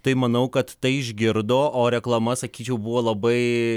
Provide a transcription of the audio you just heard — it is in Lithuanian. tai manau kad tai išgirdo o reklama sakyčiau buvo labai